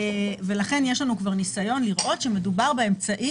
ולכן יש לנו כבר ניסיון לראות שמדובר באמצעי